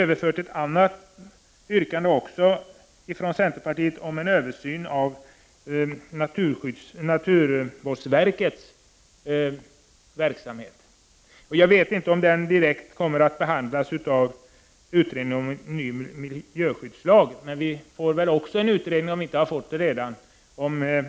Vi har också ett annat yrkande från centerpartiet om en översyn av naturvårdsverkets verksamhet. Jag vet inte om det direkt kommer att behandlas av utredningen om ny miljöskyddslagstiftning. Men vi får väl också en utredning om